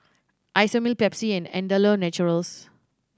Isomil Pepsi and Andalou Naturals